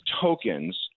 tokens